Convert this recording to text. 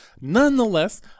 nonetheless